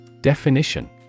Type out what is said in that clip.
Definition